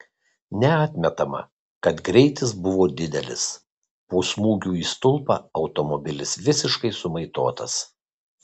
neatmetama kad greitis buvo didelis po smūgio į stulpą automobilis visiškai sumaitotas